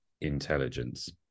intelligence